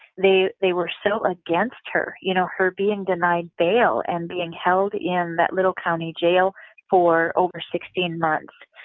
they they were so against her, you know? her being denied bail and being held in that little county jail for over sixteen months,